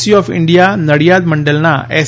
C of India Nadiad મંડલના S